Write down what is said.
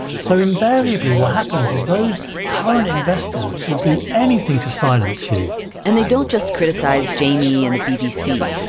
so invariably, what happens is those current investors will do anything to silence you and they don't just criticize jamie and the bbc.